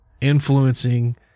influencing